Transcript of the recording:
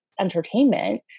entertainment